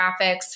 graphics